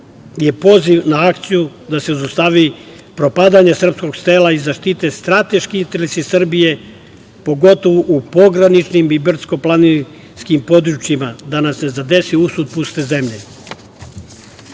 je poziv na akciju da se zaustavi propadanje srpskog sela i zaštite strateški interesi Srbije, pogotovo u pograničnim i brdskom planinskim područjima, da nas ne zadesi usud puste zemlje. Program